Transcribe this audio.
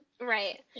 right